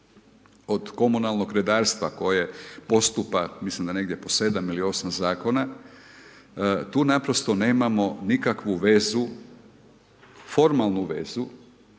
od komunalnog redarstva koje postupa, mislim da negdje po 7 ili 8 zakona, tu naprosto nemamo nikakvu vezu, formalnu vezu